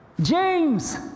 James